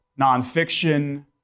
nonfiction